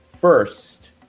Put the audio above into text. first